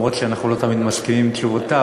אף שאנחנו לא תמיד מסכימים עם תשובותיו,